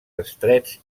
estrets